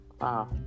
Wow